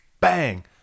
bang